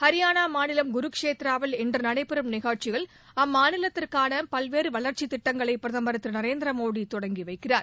ஹரியானா மாநிலம் குருகேஷத்ராவில் இன்று நடைபெறும் நிகழ்ச்சியில் அம்மாநிலத்திற்கான பல்வேறு வள்ச்சித் திட்டங்களை பிரதமா் திரு நரேந்திர மோடி தொடங்கி வைக்கிறார்